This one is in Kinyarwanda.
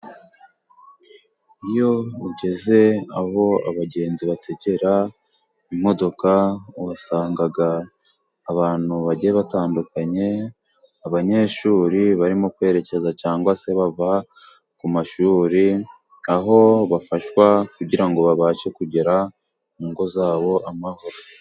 Iyo ugeze aho abagenzi bategera imodoka uhasanga abantu bagiye batandukanye. Abanyeshuri barimo kwerekeza cyangwa se bava ku mashuri aho bafashwa kugira ngo babashe kugera mu ngo zabo amahoro.